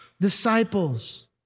disciples